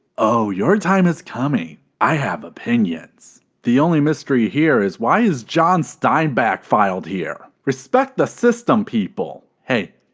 oh your time is coming. i have opinions. the only mystery here is why is john steinbeck filed here? respect the system people. hey.